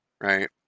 right